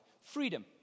Freedom